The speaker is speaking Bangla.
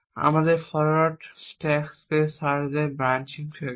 আমাদের ফরওয়ার্ড স্ট্যাক স্পেস সার্চ দেয় ব্রাঞ্চিং ফ্যাক্টরে